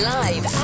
live